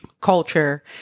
culture